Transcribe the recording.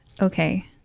Okay